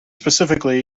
specifically